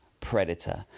predator